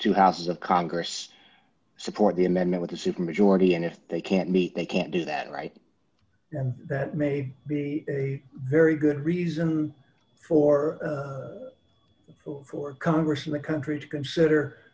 two houses of congress support the amendment with a supermajority and if they can't meet they can't do that right now that may be a very good reason for for congress and the country to consider